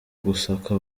gusaka